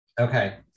Okay